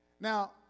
Now